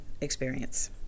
experience